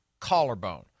collarbone